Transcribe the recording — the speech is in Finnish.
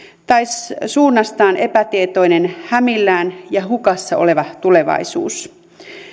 tai suunnastaan epätietoinen hämillään ja hukassa oleva tulevaisuus